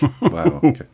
Wow